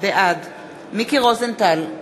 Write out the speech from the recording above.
מיקי רוזנטל,